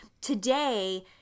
today